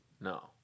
No